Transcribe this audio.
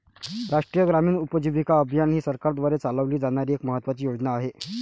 राष्ट्रीय ग्रामीण उपजीविका अभियान ही सरकारद्वारे चालवली जाणारी एक महत्त्वाची योजना आहे